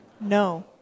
no